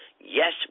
Yes